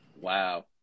Wow